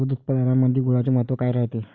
दूध उत्पादनामंदी गुळाचे महत्व काय रायते?